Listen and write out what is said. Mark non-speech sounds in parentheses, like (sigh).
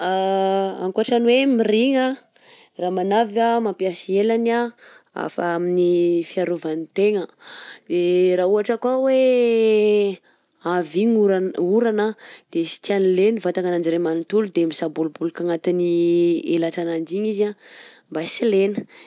(hesitation) Ankoatra ny hoe mirigna, ramanavy anh mampiasa i helany anh af- amin'ny fiarovany tegna, de raha ohatra koa hoe avy igny oran- orana de sy tiany lena vatanananjy iray manontolo de misabolobolika agnatin'ny helatrananjy iny izy anh mba sy lena.